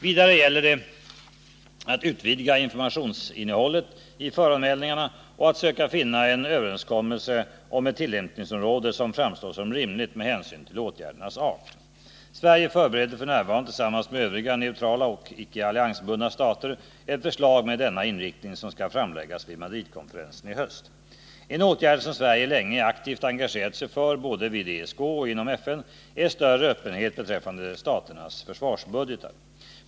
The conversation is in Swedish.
Vidare gäller det att utvidga informationsinnehållet i föranmälningarna och att söka finna en överenskommelse om ett tillämpningsområde som framstår som rimligt med hänsyn till åtgärdernas art. Sverige förbereder f.n., tillsammans med övriga neutrala och icke alliansbundna stater, ett förslag med denna inriktning, som skall framläggas ende större utländska militära manövrar vid Madridkonferensen i höst. En åtgärd som Sverige länge aktivt engagerat sig för både vid ESK och inom FN är större öppenhet beträffande staternas försvarsbudgetar.